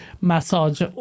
massage